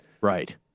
Right